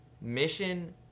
mission